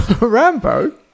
Rambo